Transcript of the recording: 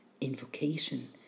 invocation